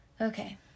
Okay